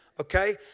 Okay